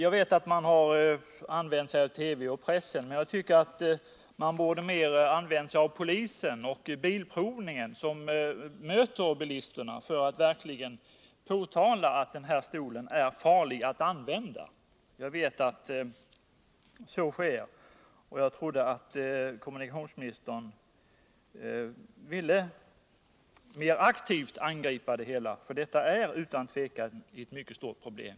Jag vet att man har använt TV och press för information, men jag anser att man mera borde ha utnyttjat polisen och Svensk Bilprovning, som direkt möter bilisterna, för att verkligen påtala att den här stolen är farlig. Jag trodde att kommunikationsministern ville angripa det hela mer aktivt.